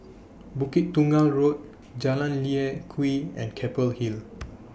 Bukit Tunggal Road Jalan Lye Kwee and Keppel Hill